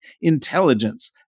intelligence